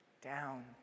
down